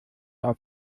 auf